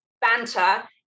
banter